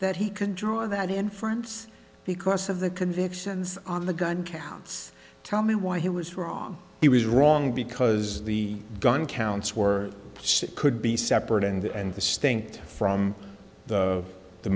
that he could draw that inference because of the convictions on the gun counts tell me why he was wrong he was wrong because the gun counts were could be separate and distinct from the